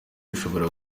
bishobora